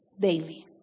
daily